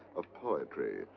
of poetry,